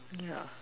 yeah